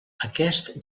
aquest